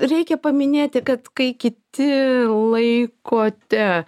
reikia paminėti kad kai kiti laikote